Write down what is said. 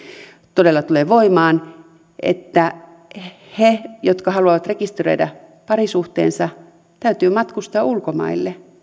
todella tulee voimaan että heidän jotka haluavat rekisteröidä parisuhteensa täytyy matkustaa ulkomaille